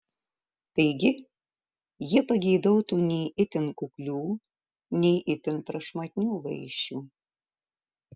taigi jie pageidautų nei itin kuklių nei itin prašmatnių vaišių